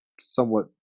somewhat